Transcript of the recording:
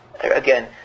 again